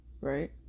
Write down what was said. right